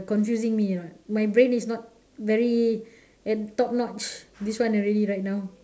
confusing me or not my brain is not very at top notch this one already right now